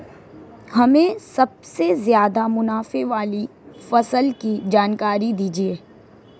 हमें सबसे ज़्यादा मुनाफे वाली फसल की जानकारी दीजिए